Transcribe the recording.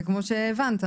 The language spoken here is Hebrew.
וכמו שהבנת,